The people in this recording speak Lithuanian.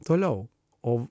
toliau o